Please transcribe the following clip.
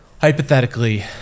hypothetically